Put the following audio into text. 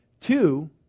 Two